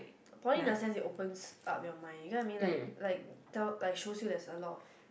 poly in the sense it opens up your mind you get what I mean like like tell like shows you there's a lot of